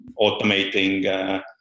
automating